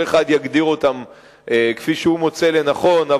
כל אחד יגדיר אותן כפי שהוא מוצא לנכון,